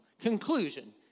conclusion